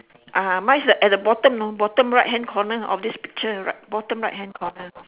ah mine is at the bottom know bottom right hand corner of this picture right bottom right hand corner